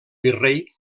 virrei